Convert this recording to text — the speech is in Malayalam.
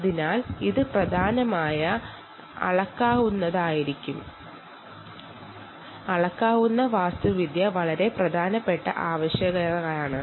അതിനാൽ സ്കെയിലബിലിറ്റി വളരെ പ്രധാനമാണ്